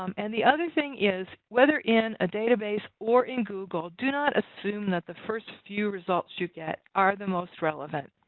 um and the other thing is, whether in a database or in google, do not assume that the first few results you get are the most relevant.